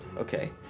Okay